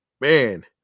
Man